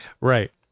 Right